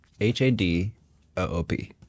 H-A-D-O-O-P